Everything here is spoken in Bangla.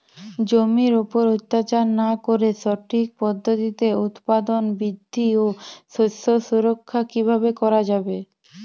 জমির উপর অত্যাচার না করে সঠিক পদ্ধতিতে উৎপাদন বৃদ্ধি ও শস্য সুরক্ষা কীভাবে করা যাবে?